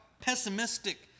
pessimistic